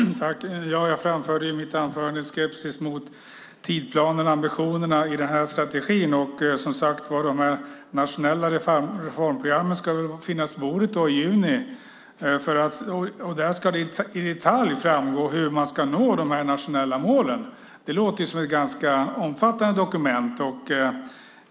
Fru talman! Jag framförde i mitt anförande en skepsis mot tidsplanerna och ambitionerna i den här strategin. De nationella reformprogrammen ska väl finnas på bordet i juni. Där ska det i detalj framgå hur man ska nå de nationella målen. Det låter som ett ganska omfattande dokument.